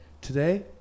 today